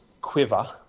quiver